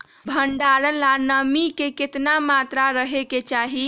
भंडारण ला नामी के केतना मात्रा राहेके चाही?